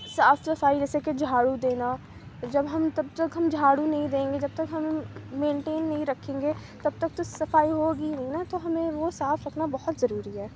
صاف صفائی جیسے کہ جھاڑو دینا جب ہم تک جگ ہم جھاڑو نہیں دیں گے جب تک ہم مینٹین نہیں رکھیں گے تب تک تو صفائی ہوگی ہی نہیں نا تو ہمیں وہ صاف رکھنا بہت ضروری ہے